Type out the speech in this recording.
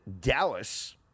Dallas